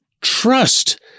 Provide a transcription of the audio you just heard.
trust